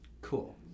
Cool